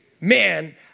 man